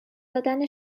دادن